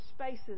spaces